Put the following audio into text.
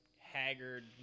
haggard